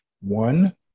one